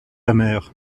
amer